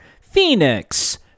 Phoenix